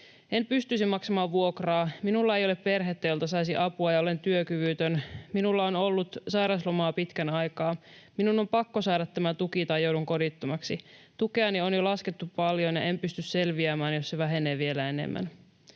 ”En pystyisi maksamaan vuokraa. Minulla ei ole perhettä, jolta saisi apua, ja olen työkyvytön. Minulla on ollut sairaslomaa pitkän aikaa. Minun on pakko saada tämä tuki, tai joudun kodittomaksi. Tukeani on jo laskettu paljon, ja en pysty selviämään, jos se vähenee vielä enemmän.”